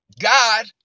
God